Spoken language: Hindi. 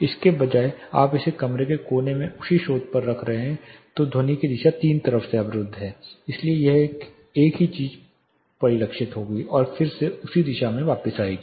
इसके बजाय आप इसे एक कमरे के कोने में उसी स्रोत पर रख रहे हैं तो ध्वनि की दिशा तीन तरफ से अवरुद्ध है इसलिए यह एक ही चीज परावर्तित होगी और फिर से उसी दिशा में वापस आ जाएगी